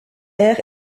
air